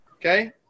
Okay